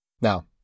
Now